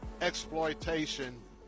exploitation